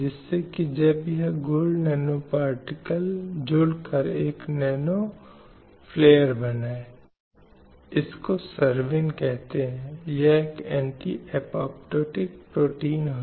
slide समय संदर्भ 2525 भोजन और पोषण के संबंध में उसके पास ऐसे भोजन और पोषण की समान पहुंच होनी चाहिए जो उसकी भलाई और उसके विकास के लिए आवश्यक है और इसमें कोई कमी नहीं होनी चाहिए जो इस संबंध में होनी चाहिए